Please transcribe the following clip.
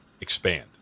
expand